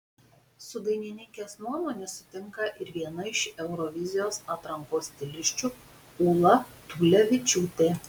su dainininkės nuomone sutinka ir viena iš eurovizijos atrankos stilisčių ūla tulevičiūtė